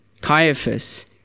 Caiaphas